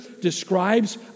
describes